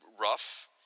rough